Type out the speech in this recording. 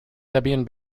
debian